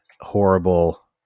horrible